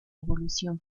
revolución